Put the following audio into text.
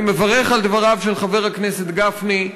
אני מברך על דבריו של חבר הכנסת גפני,